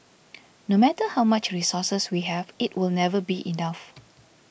no matter how much resources we have it will never be enough